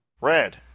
Red